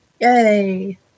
Yay